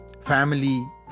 Family